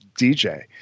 DJ